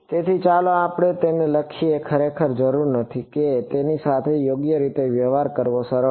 તેથી ચાલો આપણે તેને લખીએ ખરેખર જરૂર નથી કે તેની સાથે યોગ્ય રીતે વ્યવહાર કરવો સરળ છે